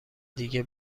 دیگه